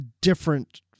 different